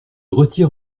retire